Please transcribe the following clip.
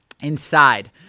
inside